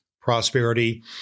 prosperity